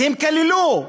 והם קיללו,